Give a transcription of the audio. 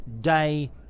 day